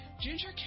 Ginger